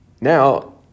Now